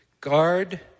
guard